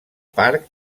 parc